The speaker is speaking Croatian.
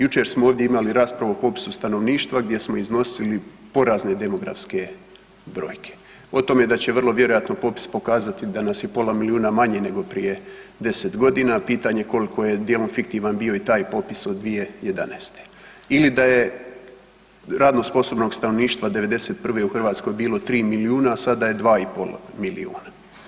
Jučer smo ovdje imali raspravu o popisu stanovništva gdje smo iznosili porazne demografske brojke, o tome da će vrlo vjerojatno popis pokazati da nas je pola milijuna manje nego prije 10.g., a pitanje je koliko je djelom fiktivan bio i taj popis od 2011. ili da je radno sposobnog stanovništva '91. u Hrvatskoj bilo 3 milijuna, a sada je 2,5 milijuna.